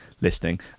listening